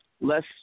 less